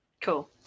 cool